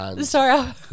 Sorry